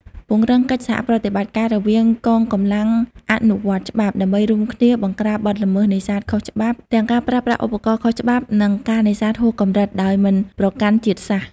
ពង្រឹងកិច្ចសហប្រតិបត្តិការរវាងកងកម្លាំងអនុវត្តច្បាប់ ដើម្បីរួមគ្នាបង្ក្រាបបទល្មើសនេសាទខុសច្បាប់ ទាំងការប្រើប្រាស់ឧបករណ៍ខុសច្បាប់ និងការនេសាទហួសកម្រិត ដោយមិនប្រកាន់ជាតិសាសន៍។